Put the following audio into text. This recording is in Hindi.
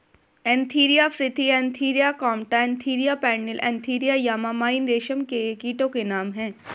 Antheraea frithi Antheraea compta Antheraea pernyi Antheraea yamamai रेशम के कीटो के नाम हैं